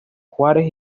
juárez